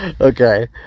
Okay